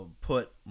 put